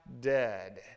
dead